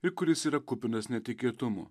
ir kuris yra kupinas netikėtumų